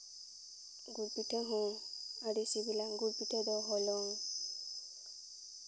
ᱜᱩᱲ ᱯᱤᱴᱷᱟᱹ ᱦᱚᱸ ᱟᱹᱰᱤ ᱥᱤᱵᱤᱞᱟ ᱜᱩᱲ ᱯᱤᱴᱷᱟᱹ ᱫᱚ ᱦᱚᱞᱚᱝ